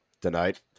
tonight